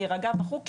להירגע וכולי,